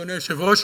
אדוני היושב-ראש,